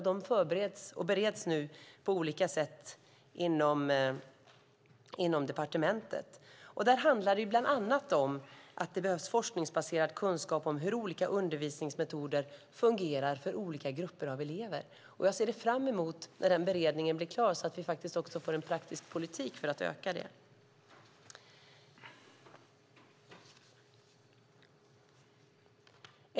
De bereds nu på olika sätt inom departementet. Det handlar bland annat om att det behövs forskningsbaserad kunskap om hur olika undervisningsmetoder fungerar för olika grupper av elever. Jag ser fram emot att beredningen blir klar så att vi också får en praktisk politik för att öka jämställdheten.